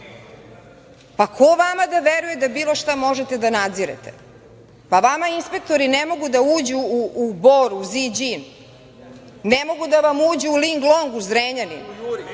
ko vama da veruje da bilo šta možete da nadzirete? Pa vama inspektori ne mogu da uđu u Bor, u „Ziđin“, ne mogu da vam uđu u „Linglong“ u Zrenjaninu,